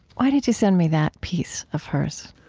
why did you send me that piece of hers?